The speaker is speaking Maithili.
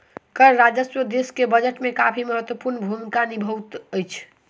कर राजस्व देश के बजट में काफी महत्वपूर्ण भूमिका निभबैत अछि